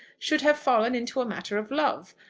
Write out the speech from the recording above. should have fallen into a matter of love.